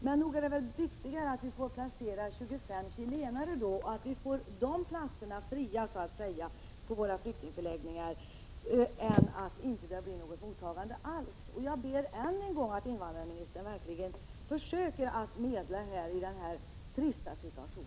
Men nog är det bättre att vi får placera 25 chilenare, så att platserna för dessa på våra flyktingförläggningar blir så att säga fria, än att det inte blir något mottagande alls? Jag ber än en gång invandrarministern att verkligen försöka medla i den här trista situationen.